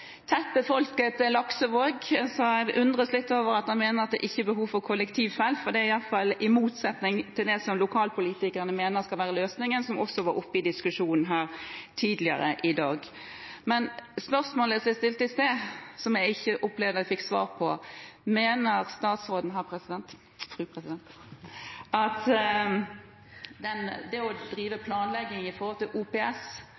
behov for kollektivfelt, for det står i alle fall i motsetning til det som lokalpolitikerne mener skal være løsningen, som også var oppe i diskusjonen her tidligere i dag. Spørsmålet som jeg stilte i sted, og som jeg ikke opplevde at jeg fikk svar på, er: Mener statsråden at når det gjelder det å drive planlegging med OPS, er både Statens vegvesen og Vegdirektoratet kompetente til å ha de dialogene med byggherre osv., og at den